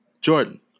Jordan